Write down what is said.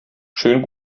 schönen